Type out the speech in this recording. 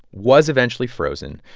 was eventually frozen.